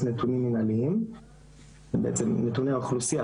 נתונים מנהליים בעצם נתוני אוכלוסייה,